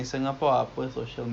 oh